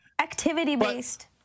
Activity-based